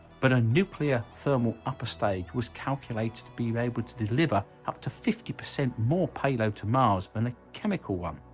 but a nuclear thermal upper stage was calculated to be able to deliver up to fifty percent more payload to mars than a chemical one.